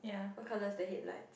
what colour is the headlight